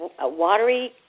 watery